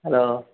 hello